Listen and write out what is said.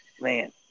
Man